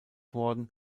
worden